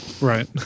Right